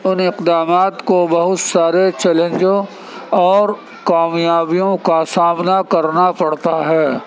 ان اقدامات کو بہت سارے چیلنجوں اور کامیابیوں کا سامنا کرنا پڑتا ہے